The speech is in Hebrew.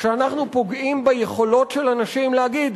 כשאנחנו פוגעים ביכולות של אנשים להגיד,